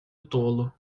tolo